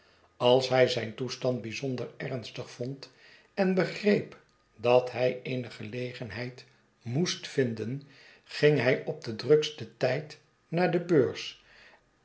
als hij zijn toestand bijzonder ernstig vond en begreep dat hij eene gelegenheid moest vinden ging hij op den druksten tijd naar de beurs